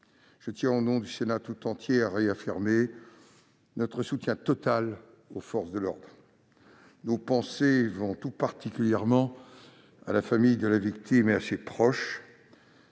Je tiens, au nom du Sénat tout entier, à réaffirmer notre soutien total aux forces de l'ordre. Nos pensées vont tout particulièrement à la famille de la victime et à ses proches.